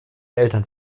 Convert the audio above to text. eltern